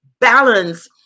balance